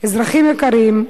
אזרחים יקרים,